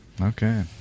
Okay